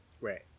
Right